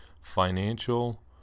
financial